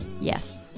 Yes